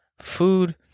food